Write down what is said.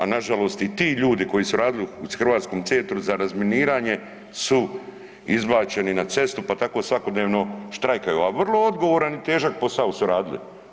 Ali na žalost i ti ljudi koji su radili u Hrvatskom centru za razminiranje su izbačeni na cestu, pa tako svakodnevno štrajkaju a vrlo odgovoran i težak posao su radili.